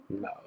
No